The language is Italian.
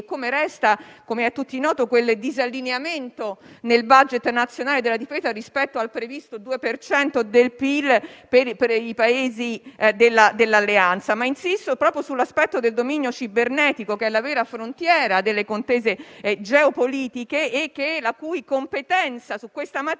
e - com'è a tutti noto - quel disallineamento nel *budget* nazionale della Difesa rispetto al previsto 2 per cento del PIL per i Paesi dell'Alleanza. Tuttavia, insisto proprio sull'aspetto del dominio cibernetico, che è la vera frontiera delle contese geopolitiche e atteso che competenza su questa materia